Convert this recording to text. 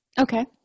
Okay